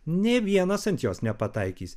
nė vienas ant jos nepataikys